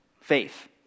faith